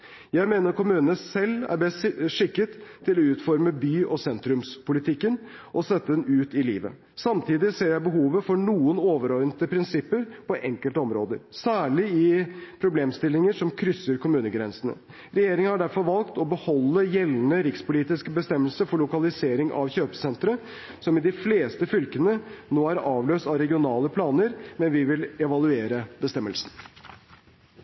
Jeg mener kommunene selv er best skikket til å utforme by- og sentrumspolitikken og sette den ut i livet. Samtidig ser jeg behovet for noen overordnede prinsipper på enkelte områder, særlig i problemstillinger som krysser kommunegrensene. Regjeringen har derfor valgt å beholde gjeldende rikspolitiske bestemmelse for lokalisering av kjøpesentre, som i de fleste fylker nå er avløst av regionale planer. Men vi vil evaluere bestemmelsen.